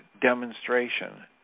demonstration